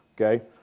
okay